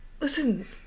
Listen